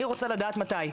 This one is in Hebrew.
אני רוצה לדעת מתי.